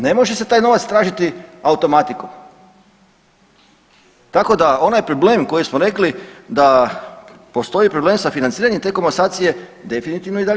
Ne može se taj novac tražiti automatikom, tako da onaj problem koji smo rekli da postoji problem sa financiranjem te komasacije definitivno i dalje